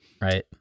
right